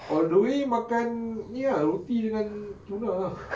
all the way makan ni ah roti dengan tuna ah